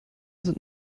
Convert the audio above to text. sind